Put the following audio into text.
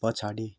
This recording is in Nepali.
पछाडि